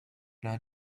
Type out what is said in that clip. not